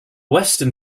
western